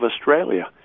Australia